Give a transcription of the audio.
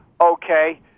okay